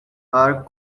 are